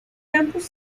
campus